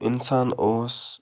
اِنسان اوس